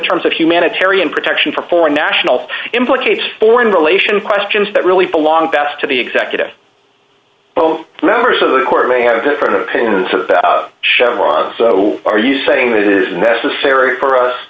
terms of humanitarian protection for foreign nationals implicates foreign relations questions that really belong best to the executive both members of the court may have different opinions so are you saying that it is necessary for us